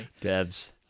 Devs